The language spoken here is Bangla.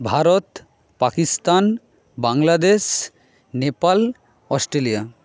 ভারত পাকিস্তান বাংলাদেশ নেপাল অস্ট্রেলিয়া